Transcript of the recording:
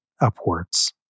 upwards